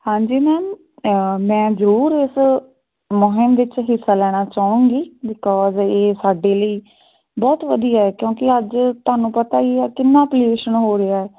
ਹਾਂਜੀ ਮੈਮ ਮੈਂ ਜ਼ਰੂਰ ਇਸ ਮੁਹਿੰਮ ਵਿੱਚ ਹਿੱਸਾ ਲੈਣਾ ਚਾਹੂੰਗੀ ਬਿਕੋਜ਼ ਇਹ ਸਾਡੇ ਲਈ ਬਹੁਤ ਵਧੀਆ ਕਿਉਂਕਿ ਅੱਜ ਤੁਹਾਨੂੰ ਪਤਾ ਹੀ ਹੈ ਕਿੰਨਾ ਪਲੂਸ਼ਨ ਹੋ ਰਿਹਾ